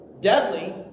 deadly